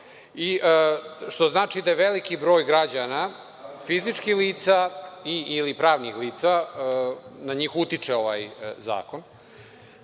što znači da je veliki broj građana fizičkih lica ili pravnih lica na koje utiče ovaj zakon.